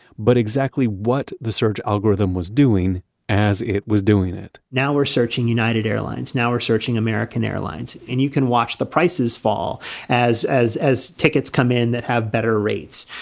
but exactly what the search algorithm was doing as it was doing it now we're searching united airlines, now we're searching american airlines and you can watch the prices fall as as tickets come in that have better rates.